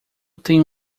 tenho